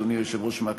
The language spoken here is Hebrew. אדוני היושב-ראש,